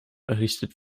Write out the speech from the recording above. errichtet